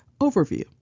overview